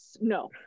no